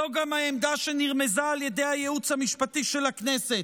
וזו גם העמדה שנרמזה על ידי הייעוץ המשפטי של הכנסת.